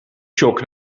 shock